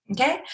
okay